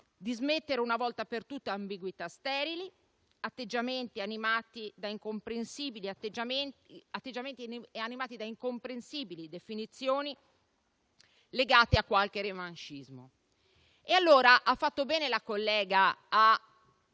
di smettere una volta per tutte ambiguità sterili, atteggiamenti animati da incomprensibili definizioni legate a qualche revanscismo. Ha fatto bene la collega a